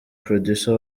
producer